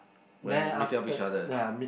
when meeting up each other